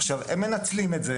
עכשיו, הם מנצלים את זה